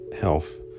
health